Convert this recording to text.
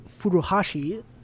Furuhashi